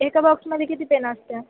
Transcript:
एका बॉक्समध्ये किती पेन असतात